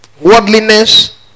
worldliness